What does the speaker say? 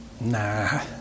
Nah